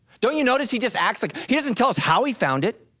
don't you notice he just acts like, he doesn't tell us how he found it.